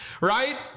Right